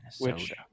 Minnesota